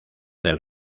del